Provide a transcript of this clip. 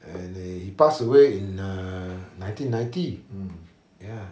and he passed away in uh nineteen ninety ya